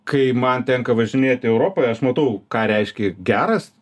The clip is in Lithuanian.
kai man tenka važinėti europoje aš matau ką reiškia geras